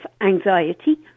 anxiety